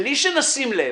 בלי שנשים לב,